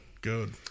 Good